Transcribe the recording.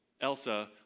Elsa